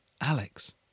Alex